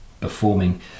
performing